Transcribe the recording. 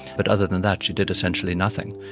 but other than that she did essentially nothing.